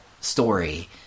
story